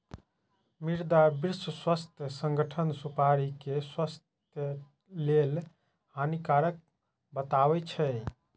मुदा विश्व स्वास्थ्य संगठन सुपारी कें स्वास्थ्य लेल हानिकारक बतबै छै